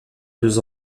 deux